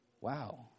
Wow